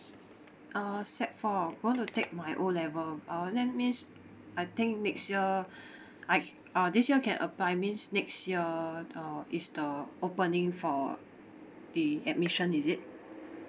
uh sec four going to take my O level uh that means I think next year I uh this can apply that means next year uh is the opening for the admission is it